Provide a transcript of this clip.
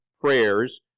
prayers